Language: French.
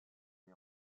les